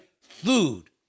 food